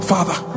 Father